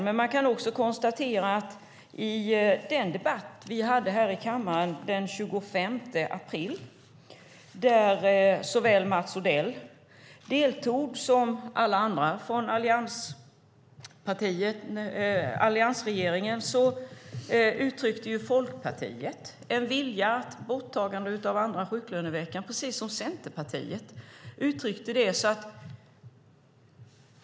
Men jag kan konstatera att i den debatt som vi hade här i kammaren den 25 april då Mats Odell och representanter från de andra allianspartierna deltog uttryckte Folkpartiet, precis som Centerpartiet, en vilja att ta bort den andra sjuklöneveckan.